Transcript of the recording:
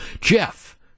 Jeff